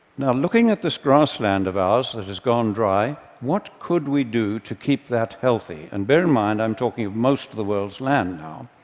now, looking at this grassland of ours that has gone dry, what could we do to keep that healthy? and bear in mind, i'm talking of most of the world's land now.